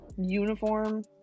uniform